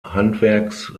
handwerks